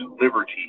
liberty